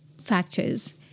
factors